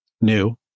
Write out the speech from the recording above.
new